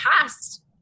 past